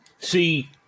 see